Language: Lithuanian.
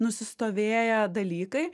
nusistovėję dalykai